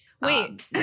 Wait